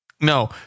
No